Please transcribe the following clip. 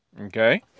okay